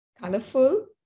Colorful